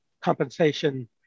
compensation